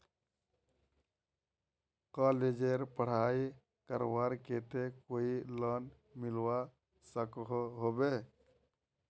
कॉलेजेर पढ़ाई करवार केते कोई लोन मिलवा सकोहो होबे?